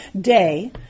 day